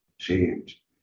change